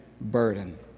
burden